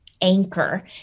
anchor